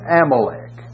Amalek